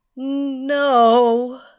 No